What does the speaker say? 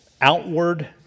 outward